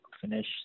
finish